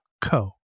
co